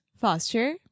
Foster